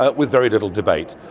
ah with very little debate.